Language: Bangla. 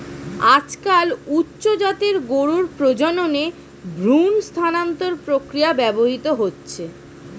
আজকাল উচ্চ জাতের গরুর প্রজননে ভ্রূণ স্থানান্তর প্রক্রিয়া ব্যবহৃত হচ্ছে